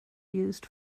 used